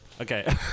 Okay